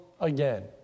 again